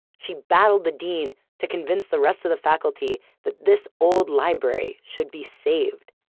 she battled the dean to convince the rest of the faculty that this old library should be saved.